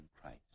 Christ